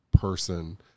person